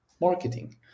marketing